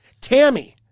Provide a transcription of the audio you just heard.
Tammy